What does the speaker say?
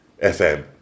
FM